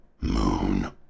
moon